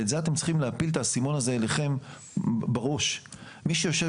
אתם צריכים להפיל את האסימון הזה אצלכם בראש: מי שיושב